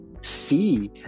see